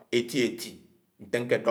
Eti-etí ñte ñké ñdö